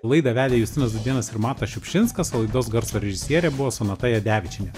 laidą vedė justinas dūdėnas ir matas šiupšinskas o laidos garso režisierė buvo sonata jadevičienė